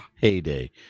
heyday